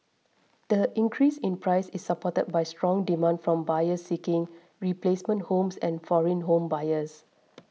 the increase in price is supported by strong demand from buyers seeking replacement homes and foreign home buyers